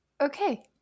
Okay